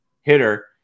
hitter